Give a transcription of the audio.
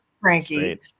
Frankie